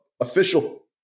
official